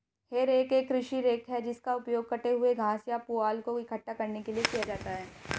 हे rake एक कृषि rake है जिसका उपयोग कटे हुए घास या पुआल को इकट्ठा करने के लिए किया जाता है